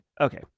okay